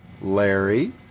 Larry